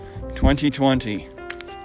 2020